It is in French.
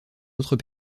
autres